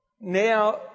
now